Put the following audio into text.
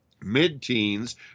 mid-teens